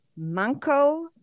Manco